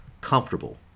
comfortable